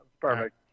perfect